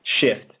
shift